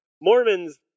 Mormons